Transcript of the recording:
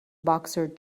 boxer